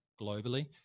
globally